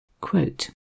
Quote